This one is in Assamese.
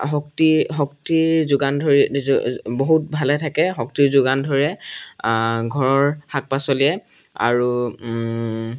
শক্তি শক্তিৰ যোগান ধৰি বহুত ভালে থাকে শক্তিৰ যোগান ধৰে ঘৰৰ শাক পাচলিয়ে আৰু